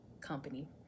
company